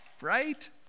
right